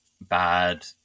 bad